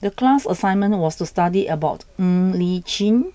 the class assignment was to study about Ng Li Chin